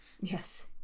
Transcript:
yes